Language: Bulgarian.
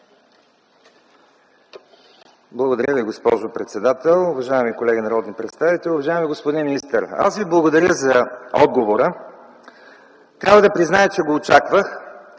Благодаря Ви, госпожо председател. Уважаеми колеги народни представители, уважаеми господин министър! Благодаря Ви за отговора. Трябва да призная, че го очаквах